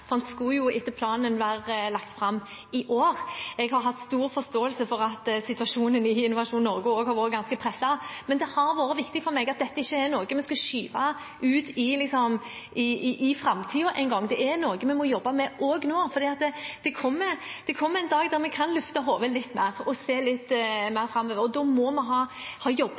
for den skulle etter planen blitt lagt fram i år. Jeg har hatt stor forståelse for at situasjonen i Innovasjon Norge også har vært ganske presset, men det har vært viktig for meg at dette ikke er noe vi skal skyve ut i framtiden en gang. Det er noe vi må jobbe med også nå, for det kommer en dag da vi kan løfte hodet litt mer og se litt mer framover. Da må vi ha